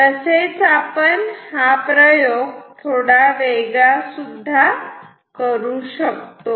तसेच आपण हा प्रयोग थोडा वेगळा सुद्धा करू शकतो